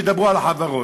שידברו על החברות.